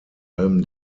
allem